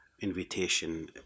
invitation